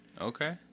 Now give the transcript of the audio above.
Okay